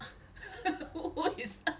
what is 老